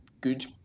good